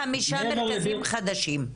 אז מתוכננים חמישה מרכזים חדשים?